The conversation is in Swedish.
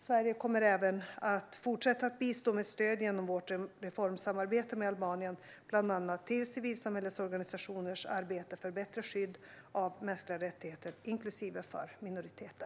Sverige kommer även att fortsätta att bistå med stöd genom vårt reformsamarbete med Albanien, bland annat till civilsamhällesorganisationers arbete för bättre skydd av mänskliga rättigheter inklusive för minoriteter.